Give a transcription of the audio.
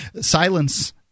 Silence